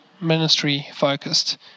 ministry-focused